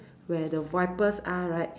where the wipers are right